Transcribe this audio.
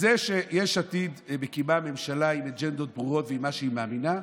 זה שיש עתיד מקימה ממשלה עם אג'נדות ברורות ועם מה שהיא מאמינה,